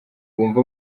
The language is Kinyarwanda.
bumva